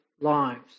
lives